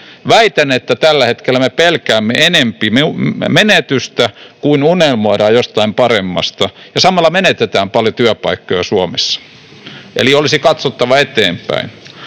Väitän, että tällä hetkellä me pelkäämme enempi menetystä kuin unelmoimme jostain paremmasta. Samalla menetämme paljon työpaikkoja Suomessa. Eli olisi katsottava eteenpäin.